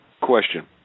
question